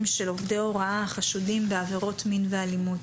של עובדי הוראה החשודים בעבירות מין ואלימות.